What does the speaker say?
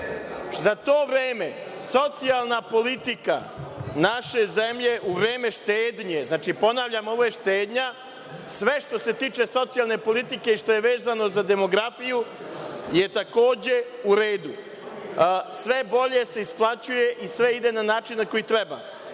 to vreme socijalna politika naše zemlje u vreme štednje, znači ponavljam ovo je štednja, sve što se tiče socijalne politike i što je vezano za demografiju je, takođe, u redu. Sve bolje se isplaćuje i sve ide na načine koje treba.